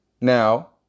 Now